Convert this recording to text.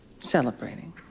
Celebrating